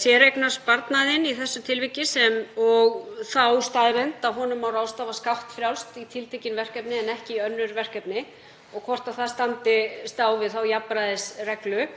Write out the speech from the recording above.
séreignarsparnaðinn í þessu tilviki sem og þá staðreynd að honum má ráðstafa skattfrjálst í tiltekin verkefni en ekki í önnur verkefni og hvort það stangist þá á við jafnræðisreglu.